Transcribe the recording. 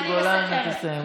תסיימי, בבקשה.